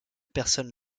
personne